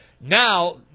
Now